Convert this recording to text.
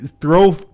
throw